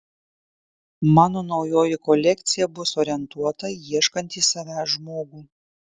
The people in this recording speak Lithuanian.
mano naujoji kolekcija bus orientuota į ieškantį savęs žmogų